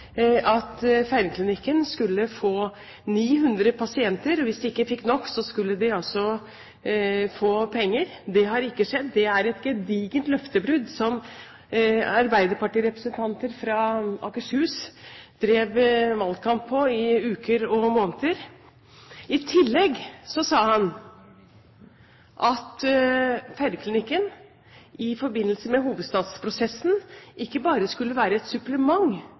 at Feiringklinikken skulle få 900 pasienter. Og hvis de ikke fikk nok, skulle de få penger. Det har ikke skjedd. Det er et gedigent løftebrudd på noe som arbeiderpartirepresentanter fra Akershus drev valgkamp på i uker og måneder. I tillegg sa Hanssen at Feiringklinikken i forbindelse med hovedstadsprosessen ikke bare skulle være et supplement,